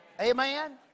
Amen